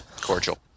cordial